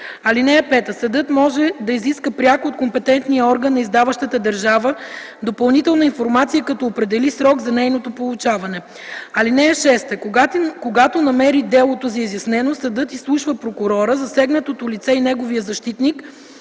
(5) Съдът може да изиска пряко от компетентния орган на издаващата държава допълнителна информация, като определи срок за нейното получаване. (6) Когато намери делото за изяснено, съдът изслушва прокурора, засегнатото лице и неговия защитник